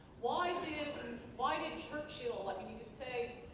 why did why did churchill i mean you could say